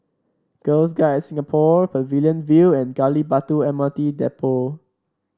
Girls Guides Singapore Pavilion View and Gali Batu M R T Depot